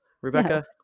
Rebecca